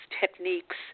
techniques